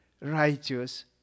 righteous